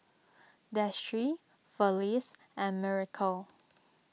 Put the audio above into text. Destry Felice and Miracle